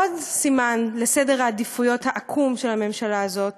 עוד סימן לסדר העדיפויות העקום של הממשלה הזאת